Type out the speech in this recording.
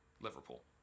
Liverpool